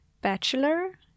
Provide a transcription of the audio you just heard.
Bachelor